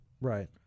Right